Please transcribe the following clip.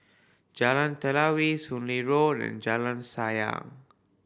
Jalan Telawi Soon Lee Road and Jalan Sayang